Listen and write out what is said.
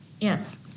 Yes